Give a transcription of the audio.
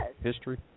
History